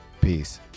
Peace